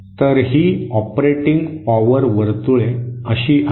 तर ही operating power वर्तुळ अशी आहेत